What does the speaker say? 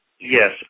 Yes